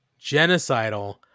genocidal